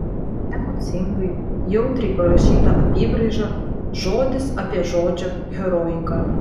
emocingai jautriai parašyta apybraiža žodis apie žodžio heroiką